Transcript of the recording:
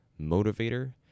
motivator